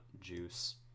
juice